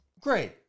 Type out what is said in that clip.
Great